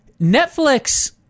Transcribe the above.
Netflix